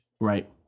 right